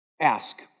ask